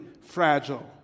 fragile